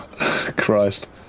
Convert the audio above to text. Christ